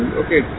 okay